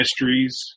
mysteries